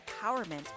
empowerment